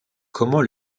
comment